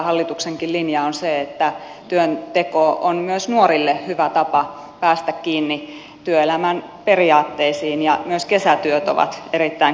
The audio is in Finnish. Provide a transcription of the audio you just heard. hallituksenkin linja on se että työnteko on myös nuorille hyvä tapa päästä kiinni työelämän periaatteisiin ja myös kesätyöt ovat erittäin kannatettavia